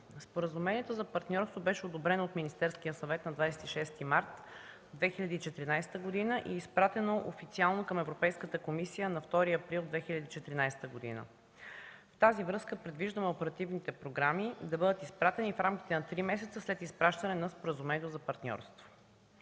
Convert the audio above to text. Споразумението за партньорство беше одобрено от Министерския съвет на 26 март 2014 г. и изпратено официално към Европейската комисия на 2 април 2014 г. В тази връзка предвиждаме оперативните програми да бъдат изпратени в рамките на три месеца след изпращане на Споразумението за партньорство.